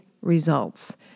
results